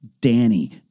Danny